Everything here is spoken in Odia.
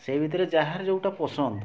ସେଇ ଭିତରେ ଯାହାର ଯୋଉଟା ପସନ୍ଦ